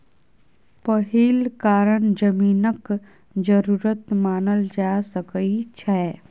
पहिल कारण जमीनक जरूरत मानल जा सकइ छै